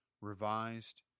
revised